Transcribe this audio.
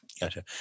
Gotcha